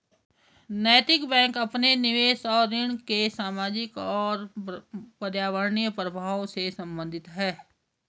नैतिक बैंक अपने निवेश और ऋण के सामाजिक और पर्यावरणीय प्रभावों से संबंधित है